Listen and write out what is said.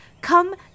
come